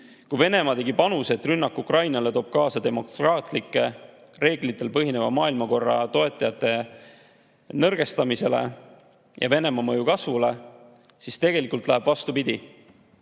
Kui Venemaa tegi panuse, et rünnak Ukrainale toob kaasa demokraatlikel reeglitel põhineva maailmakorra toetajate nõrgestamise ja Venemaa mõju kasvu, siis tegelikult läheb vastupidi.